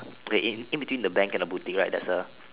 wait in in between the bank and the boutique right there's a